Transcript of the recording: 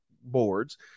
boards